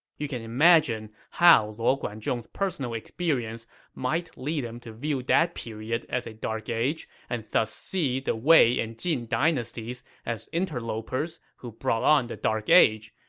you can imagine how luo guanzhong's personal experience might lead him to view that period as a dark age and thus see the wei and jin dynasties as interlopers who brought on the dark age,